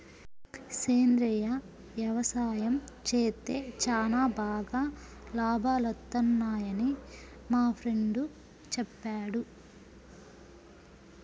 సేంద్రియ యవసాయం చేత్తే చానా బాగా లాభాలొత్తన్నయ్యని మా ఫ్రెండు చెప్పాడు